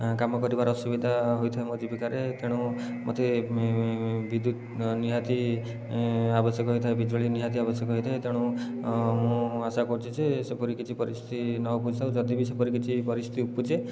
କାମ କରିବାରେ ଅସୁବିଧା ହୋଇଥାଏ ମୋ ଜୀବିକାରେ ତେଣୁ ମୋତେ ବିଦ୍ୟୁତ ନିହାତି ଆବଶ୍ୟକ ହୋଇଥାଏ ବିଜୁଳି ନିହାତି ଆବଶ୍ୟକ ହେଇଥାଏ ତେଣୁ ମୁଁ ଆଶା କରୁଛି ଯେ ସେପରି କିଛି ପରିସ୍ଥିତି ନ ଉପୁଜିଥାଉ ଯଦିବି ସେପରି କିଛି ପରିସ୍ଥିତି ଉପୁଜେ